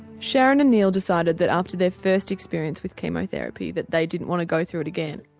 sharon and neil decided that after their first experience with chemotherapy that they didn't want to go through it again.